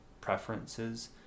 preferences